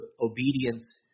obedience